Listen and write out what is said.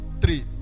three